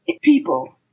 people